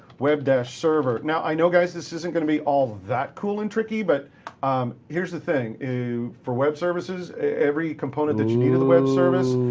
web dash server. now, i know, guys, this isn't going to be all that cool and tricky, but here's the thing. for web services, every component that you need of the web service,